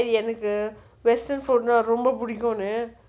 எனக்கு:enakku western food னா பிடிக்கும் னு:naa pidikkum nu